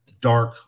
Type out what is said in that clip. dark